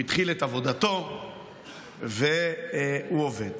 הוא התחיל את עבודתו והוא עובד.